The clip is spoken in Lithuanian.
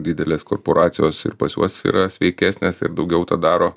didelės korporacijos ir pas juos yra sveikesnės ir daugiau tą daro